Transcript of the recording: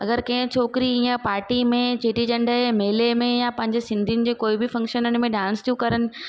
अगरि कंहिं छोकिरी ईअं पार्टी में चेटी चंड जे मेले में या पंहिंजे सिंधिंयुनि जे कोई बि फंक्शननि में डांस थियूं करनि